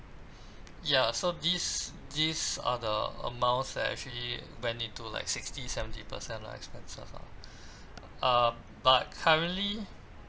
ya so these these are the amounts that actually went into like sixty seventy percent lah expenses ah uh but currently